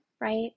right